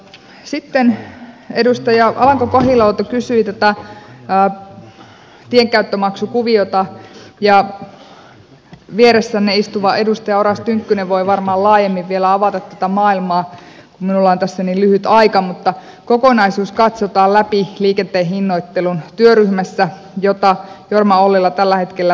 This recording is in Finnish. sitten edustaja alanko kahiluoto kysyi tästä tienkäyttömaksukuviosta ja vieressänne istuva edustaja oras tynkkynen voi varmaan laajemmin vielä avata tätä maailmaa kun minulla on tässä niin lyhyt aika mutta kokonaisuus katsotaan läpi liikenteen hinnoittelun työryhmässä jota jorma ollila tällä hetkellä vetää